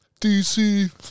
DC